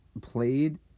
played